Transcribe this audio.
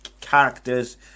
characters